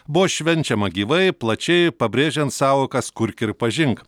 buvo švenčiama gyvai plačiai pabrėžiant sąvokas kurk ir pažink